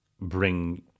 bring